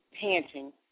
panting